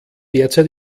derzeit